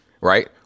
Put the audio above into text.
Right